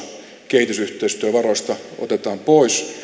kehitysyhteistyövaroista otetaan pois